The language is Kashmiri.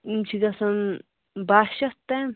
یِم چھِ گَژھان باہ شٮ۪تھ تانۍ